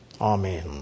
Amen